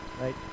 Right